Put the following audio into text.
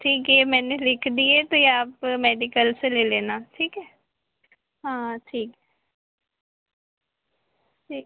ठीक है यह मैंने लिख दिए तो यह आप मेडिकल से ले लेना ठीक है हाँ ठीक ठीक